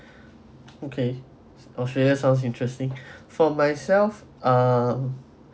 okay australia sounds interesting for myself ah